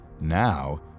Now